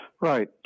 Right